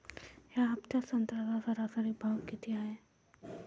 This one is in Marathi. या हफ्त्यात संत्र्याचा सरासरी भाव किती हाये?